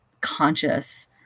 conscious